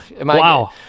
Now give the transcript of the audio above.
Wow